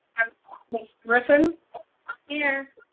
and mr. griffin here.